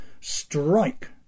Strike